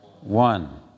one